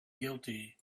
guilty